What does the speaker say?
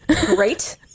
Great